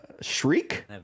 Shriek